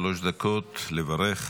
שלוש דקות לברך.